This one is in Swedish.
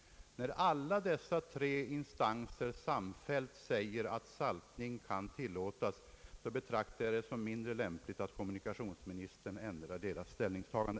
När alla dessa tre instanser samfällt säger att saltning kan tillåtas, betraktar jag det som mindre lämpligt att kommunikationsministern ändrar deras ställningstagande.